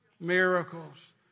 miracles